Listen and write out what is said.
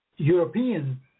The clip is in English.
European